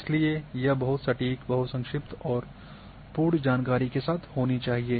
इसलिए यह बहुत सटीक बहुत संक्षिप्त और पूरी जानकारी के साथ होनी चाहिए